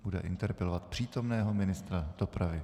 Bude interpelovat přítomného ministra dopravy.